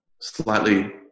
slightly